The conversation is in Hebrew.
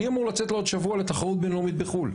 אני אמור לצאת בעוד שבוע לתחרות בין-לאומית בחו"ל.